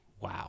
wow